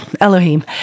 Elohim